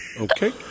Okay